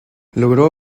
logró